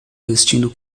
vestindo